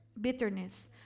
bitterness